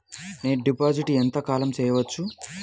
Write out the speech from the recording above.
నేను డిపాజిట్ ఎంత కాలం చెయ్యవచ్చు?